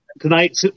Tonight